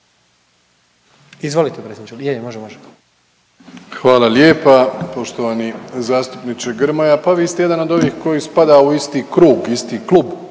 **Plenković, Andrej (HDZ)** Hvala lijepa poštovani zastupniče Grmoja. Pa vi ste jedan od ovih koji spada u isti krug, isti klub